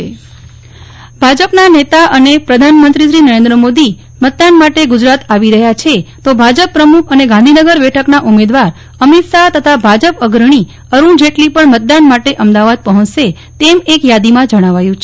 નેહ્લ ઠક્કર મતદાન માટં ગુજરાતમ ભાજપના નેતા અને પ્રધાનમંત્રી નરેન્દ્ર મોદી મતદાન માટે ગૃજરાત આવી રહ્યા છે તો ભાજપ પ્રમુખ અને ગાંધીનગર બેઠકના ઉમેદવાર અમિત શાહ તથા ભાજપ અગ્રણી અરૂણ જેટલી પણ મતદાન માટે અમદાવાદ પહોંચશે તેમ એક યાદીમાં જણાવાયું છે